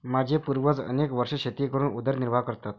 माझे पूर्वज अनेक वर्षे शेती करून उदरनिर्वाह करतात